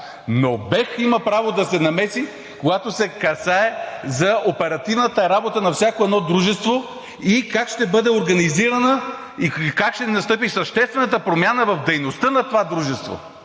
но БЕХ има право да се намеси, когато се касае за оперативната работа на всяко едно дружество, и как ще бъде организирана, и как ще настъпи съществената промяна в дейността на това дружество.